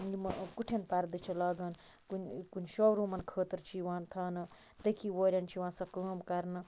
یِم کُٹھیٚن پَردٕ چھِ لاگان کُنہِ کُنہِ شو روٗمَن خٲطرٕ چھِ یِوان تھاونہٕ تٔکی ووریٚن چھِ یِوان سۄ کٲم کَرنہٕ